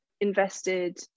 invested